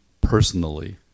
personally